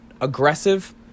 aggressive